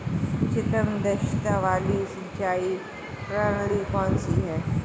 उच्चतम दक्षता वाली सिंचाई प्रणाली कौन सी है?